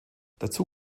dazu